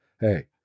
Hey